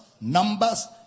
numbers